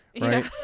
right